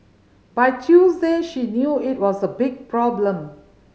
by Tuesday she knew it was a big problem